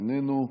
איננו,